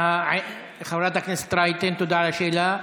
חברת הכנסת רייטן, תודה על השאלה,